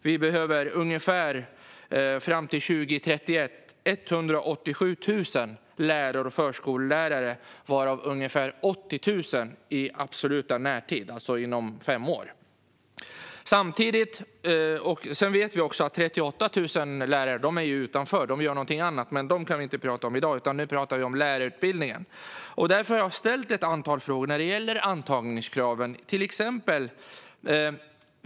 Vi behöver fram till 2031 ungefär 187 000 lärare och förskollärare, varav ungefär 80 000 i absolut närtid, alltså inom fem år. Samtidigt vet vi att 38 000 lärare är utanför skolan och gör någonting annat. Men dem kan vi inte prata om i dag, för nu pratar vi om lärarutbildningen. Därför har jag ställt ett antal frågor när det gäller antagningskraven.